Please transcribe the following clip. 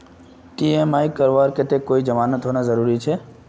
EMI करवार केते कोई जमानत होना जरूरी छे?